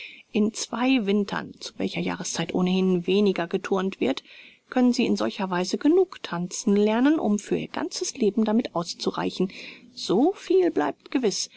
in zwei wintern zu welcher jahreszeit ohnehin weniger geturnt wird können sie in solcher weise genug tanzen lernen um für ihr ganzes leben damit auszureichen so viel bleibt gewiß